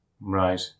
Right